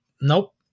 nope